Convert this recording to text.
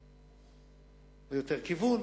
לא מבין.